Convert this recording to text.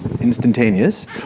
instantaneous